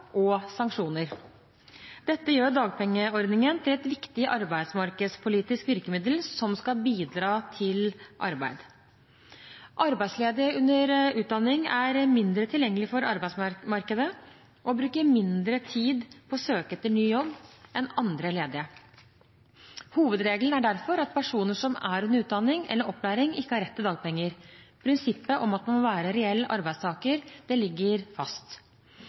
og sanksjoner. Dette gjør dagpengeordningen til et viktig arbeidsmarkedspolitisk virkemiddel som skal bidra til arbeid. Arbeidsledige under utdanning er mindre tilgjengelige for arbeidsmarkedet og bruker mindre tid på å søke etter ny jobb enn andre ledige. Hovedregelen er derfor at personer som er under utdanning eller opplæring, ikke har rett til dagpenger. Prinsippet om at man må være reell arbeidssøker ligger fast. Regjeringen mener det er viktig å holde fast